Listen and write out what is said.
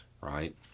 right